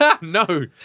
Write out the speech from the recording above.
No